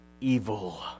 evil